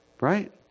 Right